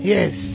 Yes